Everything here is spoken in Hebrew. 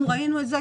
אנחנו ראינו את זה.